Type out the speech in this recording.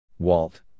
Walt